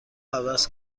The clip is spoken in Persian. عوض